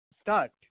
start